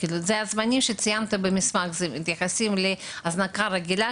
הזמנים שציינת במסמך מתייחסים להזנקה רגילה